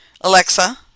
Alexa